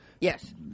yes